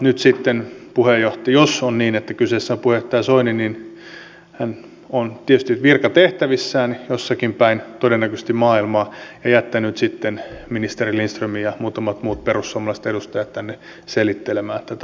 nyt sitten jos on niin että kyseessä on puheenjohtaja soini hän on tietysti virkatehtävissään todennäköisesti jossakin päin maailmaa ja jättänyt ministeri lindströmin ja muutamat muut perussuomalaiset edustajat tänne selittelemään tätä asiaa